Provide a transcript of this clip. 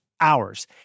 hours